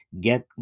get